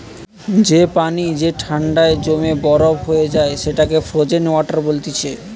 যে পানি যে ঠান্ডায় জমে বরফ হয়ে যায় সেটাকে ফ্রোজেন ওয়াটার বলতিছে